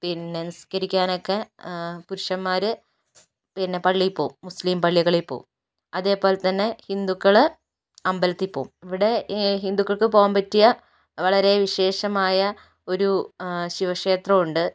പിന്നെ നിസ്കരിക്കാൻ ഒക്കെ പുരുഷന്മാർ പിന്നെ പള്ളിയിൽ പോവും മുസ്ലിം പള്ളികളിൽ പോവും അതേ പോലെ തന്നെ ഹിന്ദുക്കൾ അമ്പലത്തിൽ പോവും ഇവിടെ ഹിന്ദുക്കൾക്ക് പോവാൻ പറ്റിയ വളരെ വിശേഷമായ ഒരു ശിവക്ഷേത്രം ഉണ്ട്